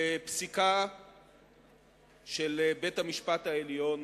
בפסיקה של בית-המשפט העליון